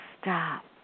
stop